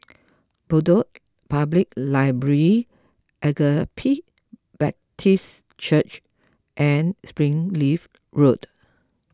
Bedok Public Library Agape Baptist Church and Springleaf Road